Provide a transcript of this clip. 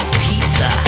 pizza